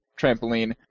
trampoline